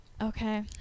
Okay